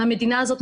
והמדינה הזאת,